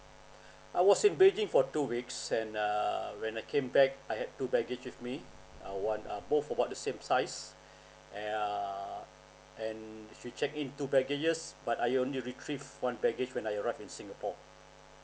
I was in beijing for two weeks and err when I came back I had two baggage with me uh one uh both about the same size err and if you check in two baggages but I only retrieve one baggage when I arrived in singapore